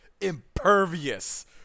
impervious